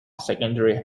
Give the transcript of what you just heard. secondary